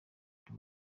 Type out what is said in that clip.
byo